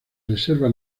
reserva